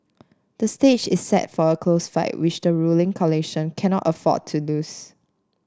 the stage is set for a close fight which the ruling coalition cannot afford to lose